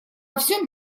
всем